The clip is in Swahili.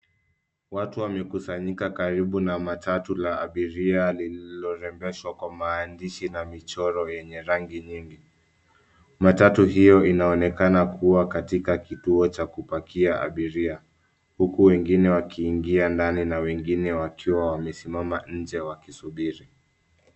Watu wamekusanyika karibu na matatu la abiria lililo rembeshwa kwa maandishi na michoro yenye rangi nyingi. Matatu hiyo inaonekana kuwa katika kituo cha kupakia abiria. Huku wengine wakiingia ndani na wengine wakiwa wamesimama nje wakisubiri.